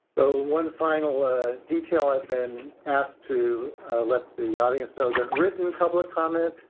so, one final ah detail i've been asked to let the audience know that written public comment